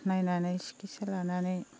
नायनानै सिखिसा लानानै